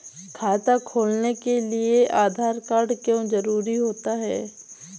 खाता खोलने के लिए आधार कार्ड क्यो जरूरी होता है?